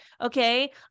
Okay